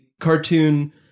cartoon